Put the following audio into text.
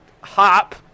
hop